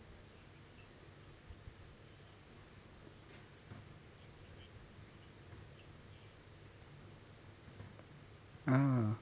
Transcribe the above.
ah